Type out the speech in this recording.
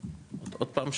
עוד פעם,